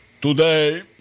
Today